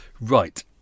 right